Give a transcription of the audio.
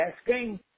asking